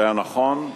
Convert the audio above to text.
זה היה נכון אז,